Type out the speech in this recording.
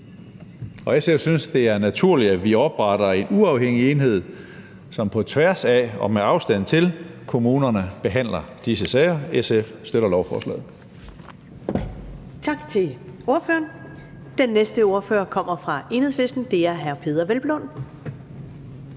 SF synes, det er naturligt, at vi opretter en uafhængig enhed, som på tværs af og med afstand til kommunerne behandler disse sager. SF støtter lovforslaget.